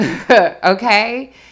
okay